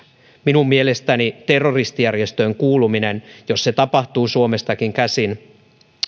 minun mielestäni terroristijärjestöön kuuluminen jos se tapahtuu suomestakin käsin